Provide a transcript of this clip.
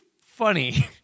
funny